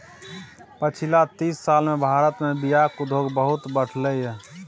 पछिला तीस साल मे भारत मे बीयाक उद्योग बहुत बढ़लै यै